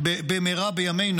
שהשערורייה הזאת תסתיים במהרה בימינו.